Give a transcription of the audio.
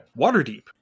Waterdeep